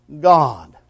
God